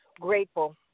grateful